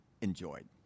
enjoyed